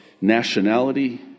nationality